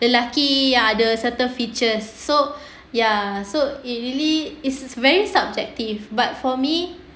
the lelaki yang ada certain features so ya so it really is very subjective but for me